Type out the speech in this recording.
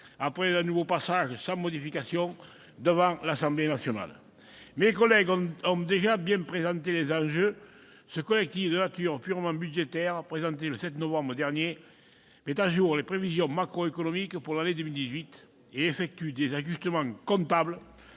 après un nouveau passage sans modification devant l'Assemblée nationale. Mes collègues ont déjà bien présenté les enjeux. Ce collectif de nature purement budgétaire, présenté le 7 novembre dernier, met à jour les prévisions macroéconomiques pour l'année 2018 et effectue des ajustements comptables,